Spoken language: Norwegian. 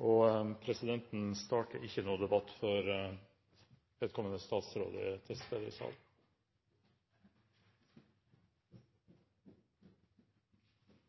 og presidenten starter ikke noen debatt før vedkommende statsråd er til stede i salen.